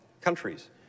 countries